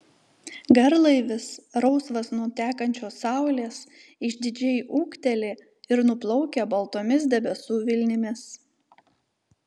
garlaivis rausvas nuo tekančios saulės išdidžiai ūkteli ir nuplaukia baltomis debesų vilnimis